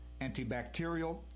antibacterial